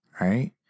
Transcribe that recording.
right